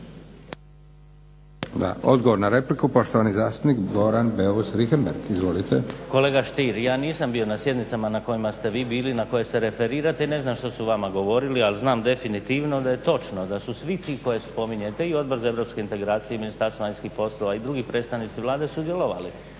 odgovor na repliku poštovani zastupnik Goran Beus Richembergh. Izvolite. **Beus Richembergh, Goran (HNS)** Kolega Stier ja nisam bio na sjednicama na kojima ste vi bili na koje se referirate i ne znam što su vama govorili, ali znam definitivno da je točno da su svi ti koje spominjete i Odbor za europske integracije i Ministarstvo vanjskih poslova i drugi predstavnici Vlade sudjelovali